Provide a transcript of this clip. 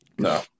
No